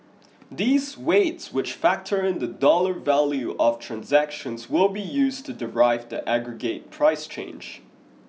these weights which factor in the dollar value of transactions will be used to derive the aggregate price change